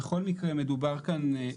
בכל מקרה מדובר כאן,